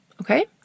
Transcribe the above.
okay